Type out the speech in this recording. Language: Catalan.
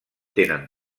tenen